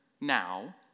now